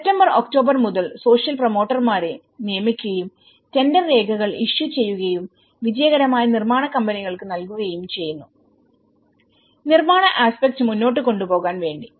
September October മുതൽ social പ്രൊമോട്ടർമാരെ നിയമിക്കുകയും ടെൻഡർ രേഖകൾ ഇഷ്യൂ ചെയ്യുകയും വിജയകരമായ നിർമ്മാണ കമ്പനികൾക്ക് നൽകുകയും ചെയ്യുന്നുനിർമ്മാണ ആസ്പെക്ട് മുന്നോട്ട് കൊണ്ടുപോകാൻ വേണ്ടി